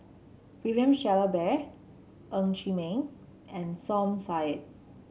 William Shellabear Ng Chee Meng and Som Said